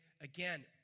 again